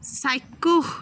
চাক্ষুস